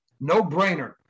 No-Brainer